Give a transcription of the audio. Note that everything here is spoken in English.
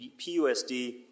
PUSD